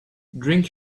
drink